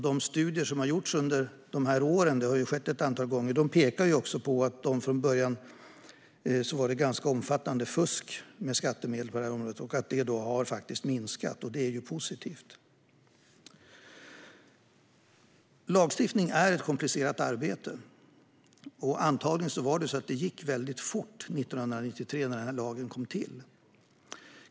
De studier som har gjorts under dessa år - det har ju skett ett antal gånger - pekar också på att det från början förekom ett ganska omfattande fusk med skattemedel på detta område men att det har minskat. Lagstiftning är ett komplicerat arbete. Antagligen gick det väldigt fort 1993, när lagen kom till.